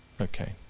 Okay